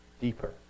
deeper